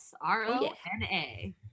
R-O-N-A